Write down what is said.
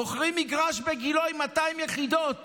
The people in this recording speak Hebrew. מוכרים מגרש בגילה עם 200 יחידות